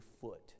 foot